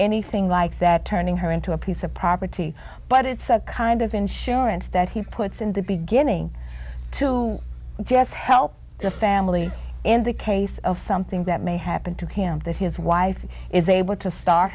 anything like that turning her into a piece of property but it's a kind of insurance that he puts in the beginning to help the family in the case of something that may happen to him that his wife is able to start